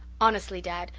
honestly, dad,